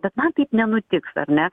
bet man taip nenutiks ar ne